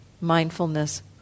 mindfulness